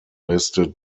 listed